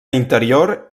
interior